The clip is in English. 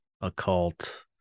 occult